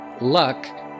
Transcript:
Luck